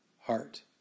heart